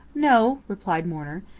no, replied mourner.